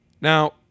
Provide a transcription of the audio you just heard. Now